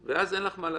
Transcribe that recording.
ואז אין לך מה לעשות.